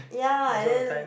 ya and then